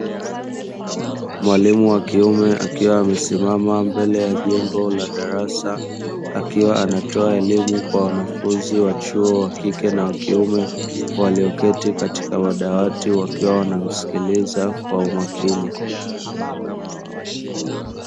Mwalimu wa kiume akiwa amesimama mbele ya jengo la darasa, akiwa anatoa elimu kwa wanafunzi wa chuo wa kike na wa kiume walioketi katika madawati wakiwa wanamsikiliza kwa umakini.